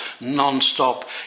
non-stop